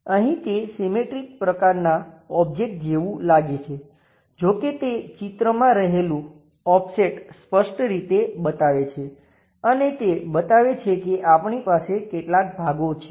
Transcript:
અહીં તે સિમેટ્રિક પ્રકારના ઓબ્જેક્ટ જેવું લાગે છે જો કે તે ચિત્રમાં રહેલું ઓફસેટ સ્પષ્ટ રીતે બતાવે છે અને તે બતાવે છે કે આપણી પાસે કેટલાક ભાગો છે